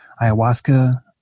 ayahuasca